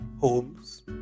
Homes